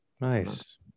Nice